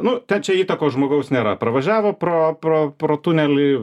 nu tad čia įtakos žmogaus nėra pravažiavo pro tunelį